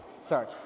sorry